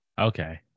okay